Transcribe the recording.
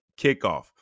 kickoff